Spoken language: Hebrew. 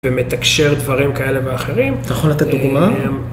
ומתקשר דברים כאלה ואחרים, אתה יכול לתת דוגמא?